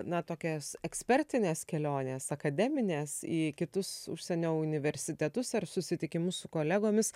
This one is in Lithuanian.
na tokias ekspertinės kelionės akademinės į kitus užsienio universitetus ar susitikimus su kolegomis